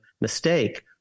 mistake